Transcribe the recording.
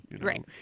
Right